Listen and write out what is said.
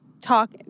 talk